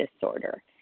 disorder